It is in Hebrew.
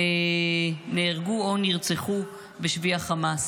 הם נהרגו או נרצחו בשבי חמאס: